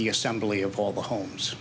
the assembly of all the homes